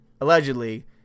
allegedly